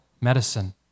medicine